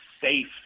safe